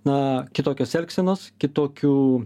na kitokios elgsenos kitokių